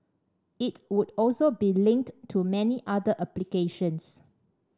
it would also be linked to many other applications